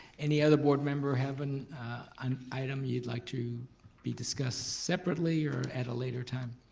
any other board member have and an item you'd like to be discussed separately or at a later time?